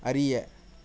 அறிய